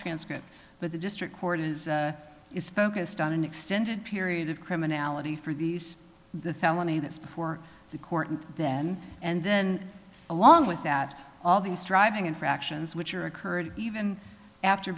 transcript but the district court is is focused on an extended period of criminality for these the felony that's before the court and then and then along with that all these driving infractions which are occurred even after